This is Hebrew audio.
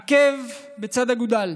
עקב בצד אגודל,